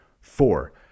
Four